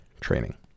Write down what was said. training